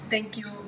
thank you